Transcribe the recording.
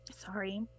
Sorry